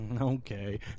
okay